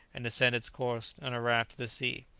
and descend its course on a raft to the sea.